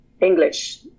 English